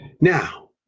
Now